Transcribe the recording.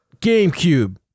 Gamecube